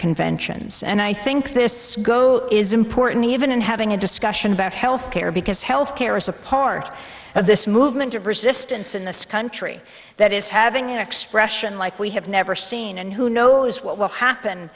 conventions and i think this is important even in having a discussion about health care because health care or support of this movement of resistance in this country that is having an expression like we have never seen and who knows what will happen